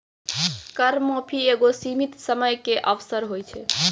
कर माफी एगो सीमित समय के अवसर होय छै